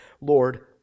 Lord